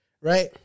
Right